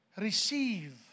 receive